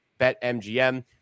BetMGM